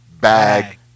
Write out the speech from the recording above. Bag